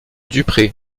dupré